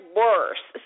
worse